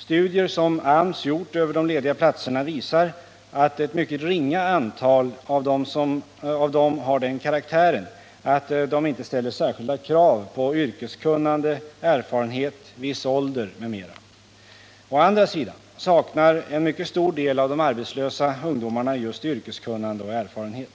Studier som AMS gjort över de lediga platserna visar att ett mycket ringa antal av dem har den karaktären att de inte ställer särskilda krav på yrkeskunnande, erfarenhet, viss ålder m.m. Å andra sidan saknar en mycket stor del av de arbetslösa ungdomarna just yrkeskunnande och erfarenhet.